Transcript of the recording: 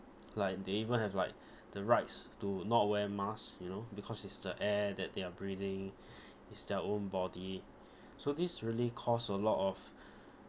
like they even have like the rights to not wear masks you know because it's the air that they are breathing is their own body so this really cause a lot of